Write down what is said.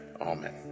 Amen